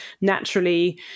naturally